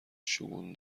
شگون